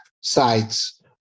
sites